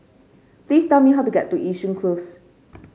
please tell me how to get to Yishun Close